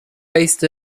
based